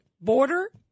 border